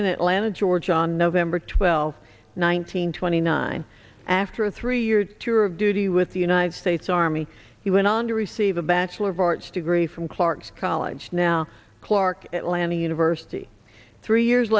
in atlanta georgia on nov twelfth one nine hundred twenty nine after a three year tour of duty with the united states army he went on to receive a bachelor of arts degree from clark's college now clark atlanta university three years